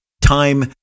time